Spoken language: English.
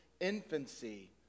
infancy